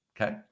Okay